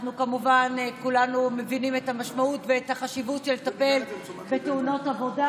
כולנו כמובן מבינים את המשמעות ואת החשיבות של לטפל בתאונות עבודה.